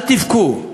אל תבכו,